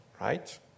right